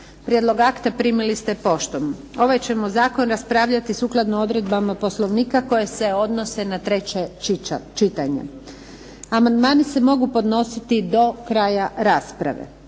Prijedlog akta primili ste poštom. Ovaj ćemo zakon raspravljati sukladno odredbama Poslovnika koje se odnose na treće čitanje. Amandmani se mogu podnositi do kraja rasprave.